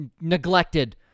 neglected